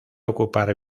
ocupar